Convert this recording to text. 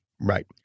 Right